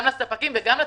גם לספקים וגם לצרכנים,